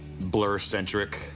Blur-centric